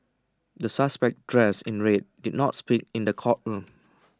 the suspect dressed in red did not speak in the courtroom